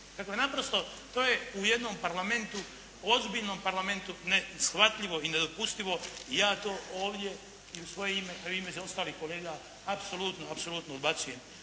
dakle naprosto, to je u jednom Parlamentu ozbiljnom Parlamentu neshvatljivo i nedopustljivo i ja to ovdje i svoje ime i u ime ostalih kolega apsolutno, apsolutno odbacujem.